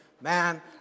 Man